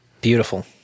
Beautiful